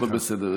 הכול בסדר.